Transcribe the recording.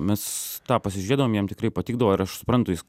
mes tą pasižiūrėdavom jam tikrai patikdavo ir aš suprantu jis